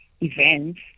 events